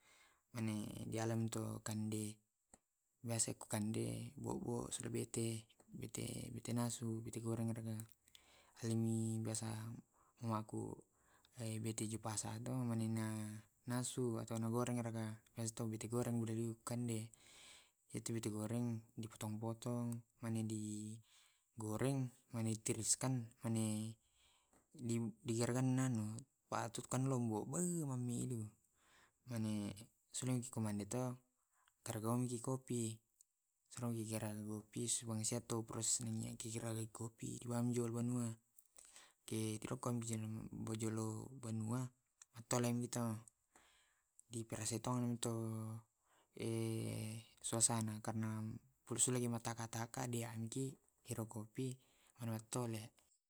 Mane dialemi tu kande biasa dikande bobo sibawa bete. Bete nasu bete goreng mellimi biasa mamaku beli di pasar to na nasu atau na goreng na tunu baru dikande. Tu bete di potong potong baru di goreng di parukan cuka sama lombo. Sudah mikomane to direkammi kopi supaya sehat tu perut dua nji dua benua. Tiro ko njo dua benua matole mu to d pirasai tong suasana. Masule suleki karataka anu kopi matole